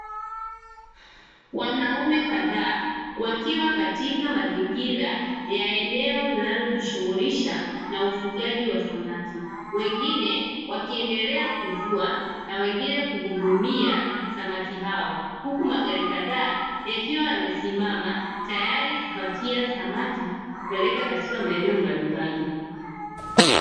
Wanaume kadhaa wakiwa katika mazingira ya eneo linalojishughulisha na ufugaji wa samaki, wengine wakiendelea kuvua na wengine kuhudumia samaki hao, huku magari kadhaa yakiwa yamesimama tayari kupakia samaki kupeleka katika maeneo mbalimbali.